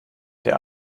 der